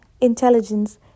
intelligence